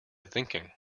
thinking